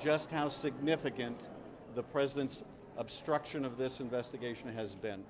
just how significant the president's obstruction of this investigation has been.